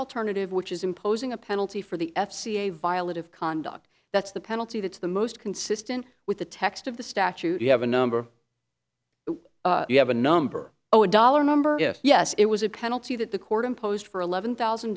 alternative which is imposing a penalty for the f c a violet of conduct that's the penalty that's the most consistent with the text of the statute you have a number you have a number oh a dollar number if yes it was a penalty that the court imposed for eleven thousand